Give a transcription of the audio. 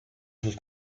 sus